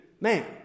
man